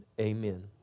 amen